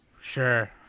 Sure